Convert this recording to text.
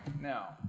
Now